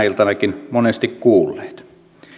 iltana monesti kuulleet